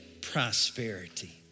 prosperity